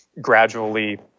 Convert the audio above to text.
gradually